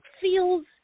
feels